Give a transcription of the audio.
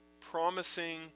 promising